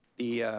the